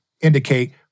indicate